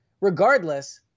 regardless